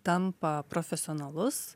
tampa profesionalus